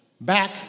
Back